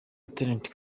rtd